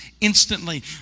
instantly